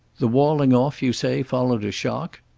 the walling off, you say, followed a shock?